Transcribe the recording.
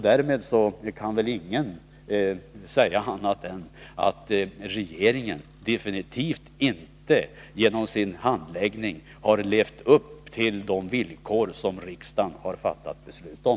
Därmed kan väl ingen säga annat än att regeringen definitivt inte genom sin handläggning levt upp till de villkor som riksdagen fattat beslut om.